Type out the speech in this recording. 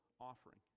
offering